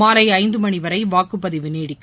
மாலை ஐந்து மணி வரை வாக்குப்பதிவு நீடிக்கும்